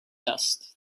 dust